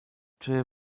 czy